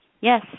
Yes